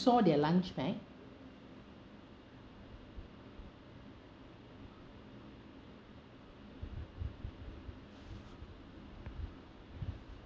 saw their lunch bag